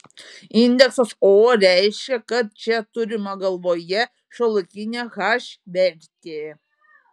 indeksas o reiškia kad čia turima galvoje šiuolaikinė h vertė